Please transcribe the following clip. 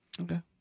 Okay